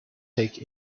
take